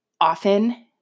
often